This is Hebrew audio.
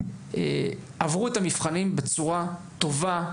עברו את המבחנים בצורה טובה,